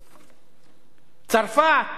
צרפת,